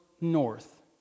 north